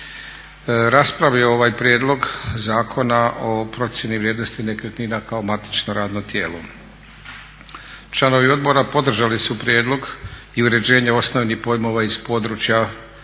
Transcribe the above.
raspravio ovaj Prijedlog zakona o procjeni vrijednosti nekretnina kao matično radno tijelo. Članovi odbora podržali su prijedlog i uređenje osnovnih pojmova iz područja